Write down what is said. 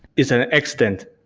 it's an extent.